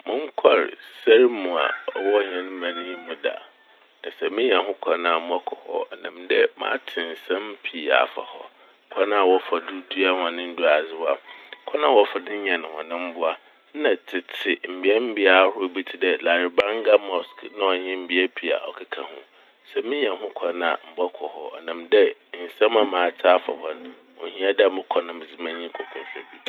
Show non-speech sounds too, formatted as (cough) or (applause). Monnkɔr sar mu a (noise) ɔwɔ hɛn man yi mu da. Na sɛ minya ho kwan mɔkɔ hɔ osiandɛ matsee nsɛm pii afa hɔ. Kwan a wɔfa do dua hɔn nduadzewa, kwan a wɔfa do nyan hɔn mbowa na tsetse mbeabea ahorow bi tse dɛ Larabanga "Mosque" (noise) na ɔnye mbea pii a ɔkeka ho. Sɛ minya ho kwan a mobɔkɔ hɔ ɔnam dɛ nsɛm a matse afa hɔ n' ohia dɛ mokɔ na medze m'enyi (noise) kɔ kɔhwɛ.